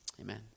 Amen